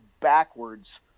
backwards